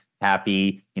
happy